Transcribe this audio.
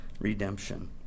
redemption